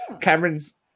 Cameron's